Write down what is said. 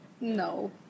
No